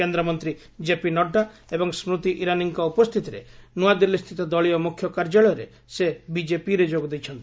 କେନ୍ଦ୍ରମନ୍ତ୍ରୀ କେପି ନଡ୍ରା ଏବଂ ସ୍କୃତି ଇରାନୀଙ୍କ ଉପସ୍ଥିତିରେ ନୂଆଦିଲ୍ଲୀସ୍ଥିତ ଦଳୀୟ ମୁଖ୍ୟ କାର୍ଯ୍ୟାଳୟରେ ସେ ବିଜେପିରେ ଯୋଗ ଦେଇଛନ୍ତି